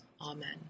Amen